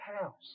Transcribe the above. house